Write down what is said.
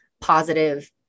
positive